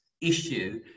issue